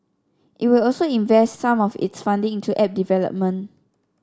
it will also invest some of its funding into app development